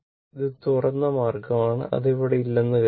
ഇത് തുറന്ന മാർഗമാണ് അത് അവിടെ ഇല്ലെന്ന് കരുതുക